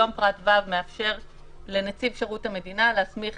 היום פרט (ו) מאפשר לנציב שירות המדינה להסמיך